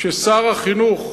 ששר החינוך,